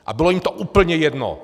A bylo jim to úplně jedno.